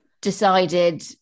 decided